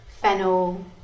fennel